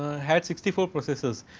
had sixty four processors.